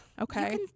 Okay